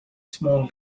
small